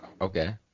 Okay